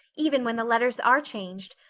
even when the letters are changed.